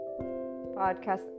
podcast